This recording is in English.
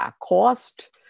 cost